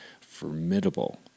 formidable